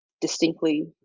distinctly